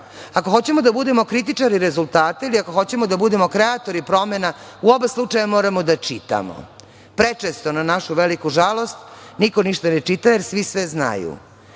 Ako hoćemo da budemo kritičari rezultata ili ako hoćemo da budemo kreatori promena, u oba slučaja moramo da čitamo. Prečesto, na našu veliku žalost, niko ništa ne čita, jer svi sve znaju. Naš